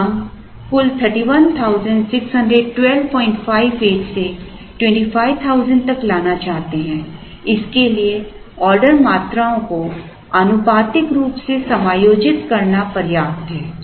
अब हम Refer Slide Time 0054 कुल 3161258 से 25000 तक लाना चाहते हैं इसके लिए ऑर्डर मात्राओं को आनुपातिक रूप से समायोजित करना पर्याप्त है